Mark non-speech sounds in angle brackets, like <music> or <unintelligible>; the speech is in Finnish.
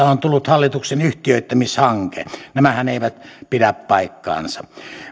<unintelligible> on on tullut hallituksen yhtiöittämishanke nämähän eivät pidä paikkaansa